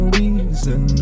reason